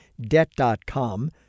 Debt.com